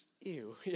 Ew